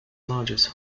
largest